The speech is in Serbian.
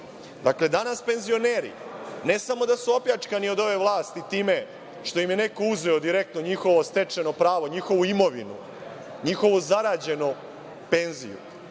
Srbiji. Dakle, danas penzioneri ne samo da su opljačkani od ove vlasti time što im je neko uzeo direktno njihovo stečeno pravo, njihovu imovinu, njihovu zarađenu penziju,